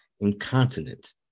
incontinent